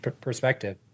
perspective